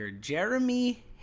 Jeremy